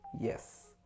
yes